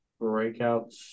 breakouts